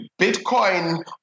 Bitcoin